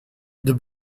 the